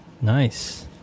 nice